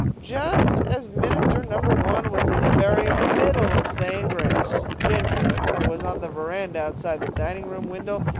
just as minister number one was in the very middle of saying grace, ginger, who was on the veranda outside the dining room window,